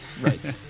Right